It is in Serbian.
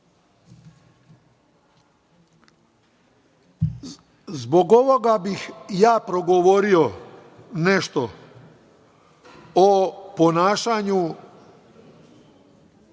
Zbog ovoga bih ja progovorio nešto o ponašanju